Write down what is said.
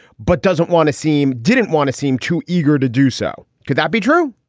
but doesn't want to seem didn't want to seem too eager to do so. could that be true?